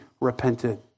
repented